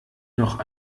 noch